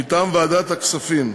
מטעם ועדת הכספים: